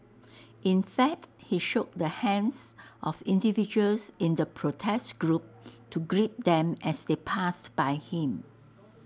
in fact he shook the hands of individuals in the protest group to greet them as they passed by him